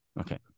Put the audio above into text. Okay